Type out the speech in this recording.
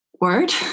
word